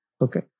Okay